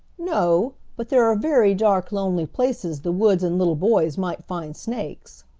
no, but there are very dark lonely places the woods and little boys might find snakes.